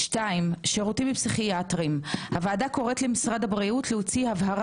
2. שירותים פסיכיאטריים: הוועדה קוראת למשרד הבריאות להוציא הבהרה